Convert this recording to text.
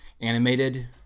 animated